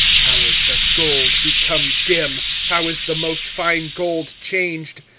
how is the gold become dim! how is the most fine gold changed!